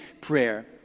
prayer